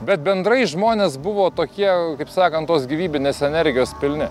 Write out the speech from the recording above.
bet bendrai žmonės buvo tokie kaip sakant tos gyvybinės energijos pilni